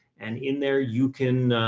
and in there you can, ah,